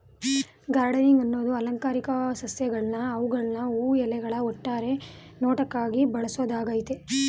gardening ಅನ್ನದು ಅಲಂಕಾರಿಕ ಸಸ್ಯಗಳ್ನ ಅವ್ಗಳ ಹೂ ಎಲೆಗಳ ಒಟ್ಟಾರೆ ನೋಟಕ್ಕಾಗಿ ಬೆಳ್ಸೋದಾಗಯ್ತೆ